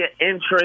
interest